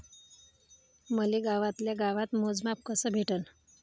मले गावातल्या गावात मोजमाप कस भेटन?